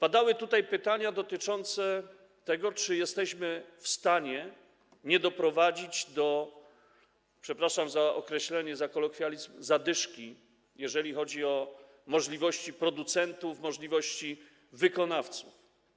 Padały tutaj pytania dotyczące tego, czy jesteśmy w stanie nie doprowadzić do - przepraszam za określenie, za kolokwializm - zadyszki, jeżeli chodzi o możliwości producentów, możliwości wykonawców.